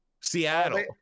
Seattle